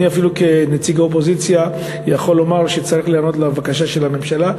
אני אפילו כנציג האופוזיציה יכול לומר שצריך להיענות לבקשה של הממשלה,